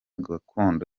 gakondo